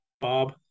Bob